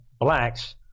blacks